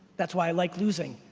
that's why i like losing.